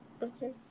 Okay